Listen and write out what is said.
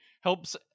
Helps